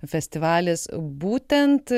festivalis būtent